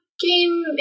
game